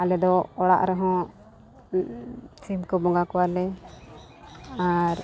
ᱟᱞᱮ ᱫᱚ ᱚᱲᱟᱜ ᱨᱮᱦᱚᱸ ᱥᱤᱢ ᱠᱚ ᱵᱚᱸᱜᱟ ᱠᱚᱣᱟᱞᱮ ᱟᱨ